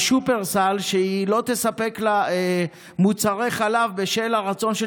שופרסל על כך שהיא לא תספק לה מוצרי חלב בשל הרצון של